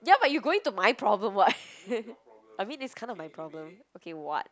ya but you going to my problem [what] I mean it's kind of my problem okay [what]